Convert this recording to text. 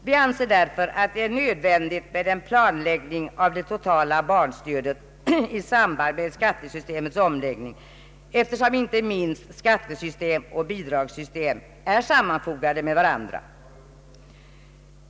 Vi anser därför att det är nödvändigt med en planläggning av det totala barnstödet i samband med skattesystemets omläggning, eftersom inte minst skattesystem och bidragssystem är sammanfogade med varandra.